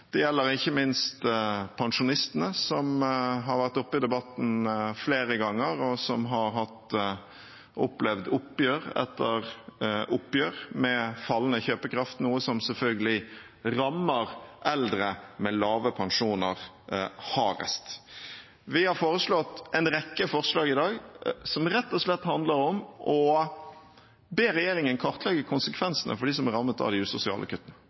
Det gjelder ikke minst pensjonistene, som har vært oppe i debatten flere ganger, som har opplevd oppgjør etter oppgjør med fallende kjøpekraft, noe som selvfølgelig rammer eldre med lave pensjoner hardest. Vi har en rekke forslag i dag som rett og slett handler om å be regjeringen kartlegge konsekvensene for dem som er rammet av de usosiale kuttene.